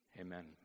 Amen